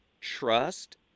trust